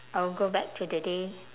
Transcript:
I will go back to the day